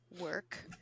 work